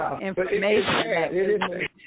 information